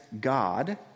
God